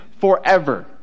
forever